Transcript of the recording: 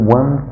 one